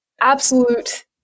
absolute